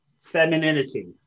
femininity